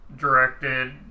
directed